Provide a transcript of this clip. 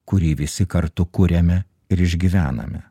kurį visi kartu kuriame ir išgyvename